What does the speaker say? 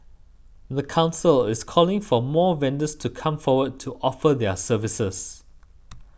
the council is calling for more vendors to come forward to offer their services